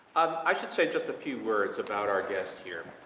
i should say just a few words about our guest here.